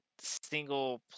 single